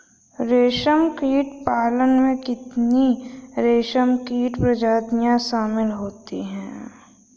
रेशमकीट पालन में कितनी रेशमकीट प्रजातियां शामिल होती हैं?